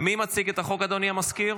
מי מציג את החוק, אדוני המזכיר?